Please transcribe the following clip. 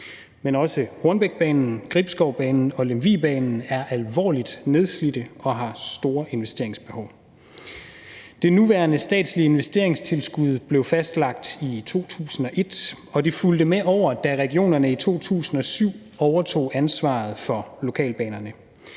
Men også Hornbækbanen, Gribskovbanen og Lemvigbanen er alvorligt nedslidte og har store investeringsbehov. De nuværende statslige investeringstilskud blev fastlagt i 2001, og de fulgte med over, da regionerne i 2007 overtog ansvaret fra lokalbanerne.